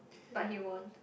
but he want